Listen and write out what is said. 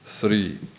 Three